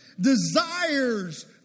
desires